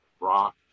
rock